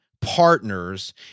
partners